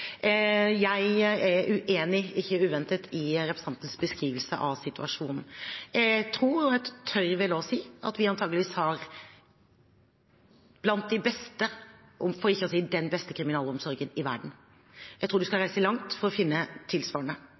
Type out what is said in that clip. Jeg er – ikke uventet – uenig i representantens beskrivelse av situasjonen. Jeg tør vel si at vi antakeligvis har blant den beste, for ikke å si den beste, kriminalomsorgen i verden. Jeg tror man skal reise langt for å finne tilsvarende.